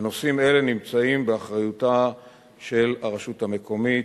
ונושאים אלה נמצאים באחריותה של הרשות המקומית,